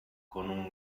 con